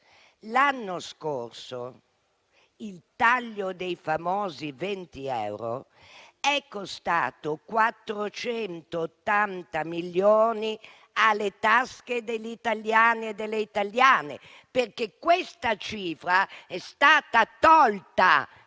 L'anno scorso il taglio dei famosi 20 euro è costato 480 milioni alle tasche degli italiani e delle italiane, perché questa cifra è stata tolta